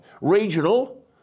regional